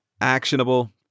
actionable